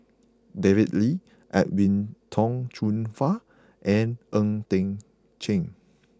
David Lee Edwin Tong Chun Fai and Ng Eng Teng